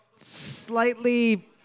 slightly